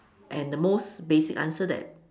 and the most basic answer that